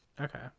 okay